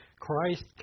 Christ